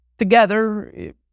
together